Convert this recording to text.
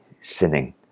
sinning